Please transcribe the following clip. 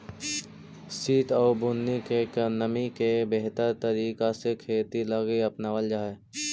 सित आउ बुन्नी के नमी के बेहतर तरीका से खेती लागी अपनाबल जा हई